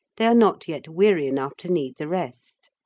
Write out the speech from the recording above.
they are not yet weary enough to need the rest.